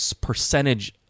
percentage